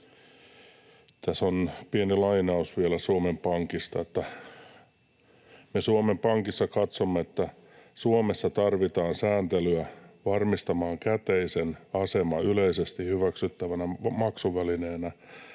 Tässä on pieni lainaus vielä Suomen Pankista: ”Me Suomen Pankissa katsomme, että Suomessa tarvitaan sääntelyä varmistamaan käteisen asema yleisesti hyväksyttynä maksuvälineenä,